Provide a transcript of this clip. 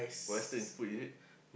western food is it